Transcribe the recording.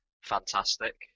fantastic